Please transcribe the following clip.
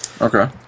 Okay